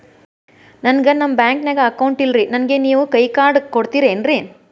ನನ್ಗ ನಮ್ ಬ್ಯಾಂಕಿನ್ಯಾಗ ಅಕೌಂಟ್ ಇಲ್ರಿ, ನನ್ಗೆ ನೇವ್ ಕೈಯ ಕಾರ್ಡ್ ಕೊಡ್ತಿರೇನ್ರಿ?